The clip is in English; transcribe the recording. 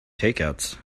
takeouts